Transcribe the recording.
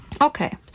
Okay